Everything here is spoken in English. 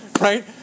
right